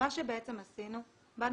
באנו ואמרנו,